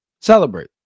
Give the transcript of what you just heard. celebrate